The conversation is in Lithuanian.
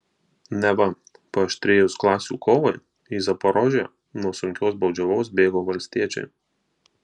neva paaštrėjus klasių kovai į zaporožę nuo sunkios baudžiavos bėgo valstiečiai